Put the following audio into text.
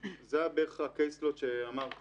זה בערך ה-case lot שאמרתי,